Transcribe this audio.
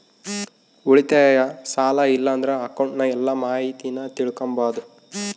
ಉಳಿತಾಯ, ಸಾಲ ಇಲ್ಲಂದ್ರ ಅಕೌಂಟ್ನ ಎಲ್ಲ ಮಾಹಿತೀನ ತಿಳಿಕಂಬಾದು